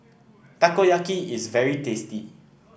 Takoyaki is very tasty